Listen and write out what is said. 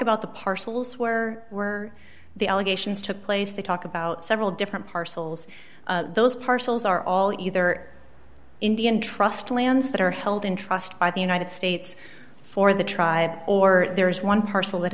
about the parcels were were the allegations took place they talk about several different parcels those parcels are all either indian trust lands that are held in trust by the united states for the tribe or there is one parcel